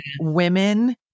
women